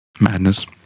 madness